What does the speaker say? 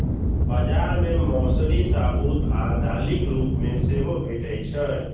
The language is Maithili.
बाजार मे मौसरी साबूत आ दालिक रूप मे सेहो भैटे छै